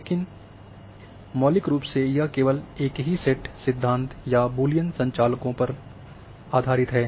हालांकि मौलिक रूप से यह केवल एक ही सेट सिद्धांत या बूलियन संचालकों पर आधारित है